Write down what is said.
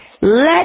Let